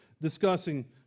discussing